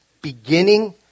beginning